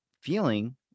feeling